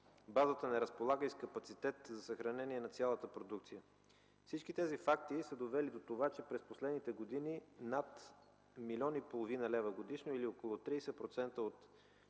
Базата не разполага и с капацитет за съхранение на цялата продукция. Всички тези факти са довели до това, че през последните години над милион и половина лева годишно или около 30% от